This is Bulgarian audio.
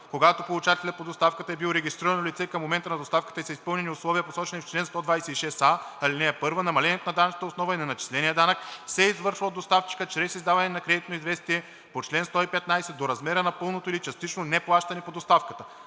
Когато получателят по доставката е бил регистрирано лице към момента на доставката и са изпълнени условията, посочени в чл. 126а, ал. 1 намалението на данъчната основа и на начисления данък се извършва от доставчика чрез издаване на кредитно известие по чл. 115 до размера на пълното или частично неплащане по доставката.